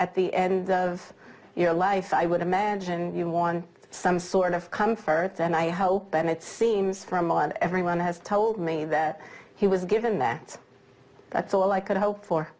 at the end of your life i would imagine you want some sort of comfort and i hope that it seems from a lot everyone has told me that he was given that that's all i could hope for